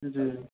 जी